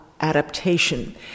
adaptation